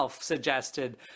suggested